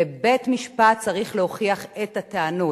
בבית-משפט צריך להוכיח את הטענות.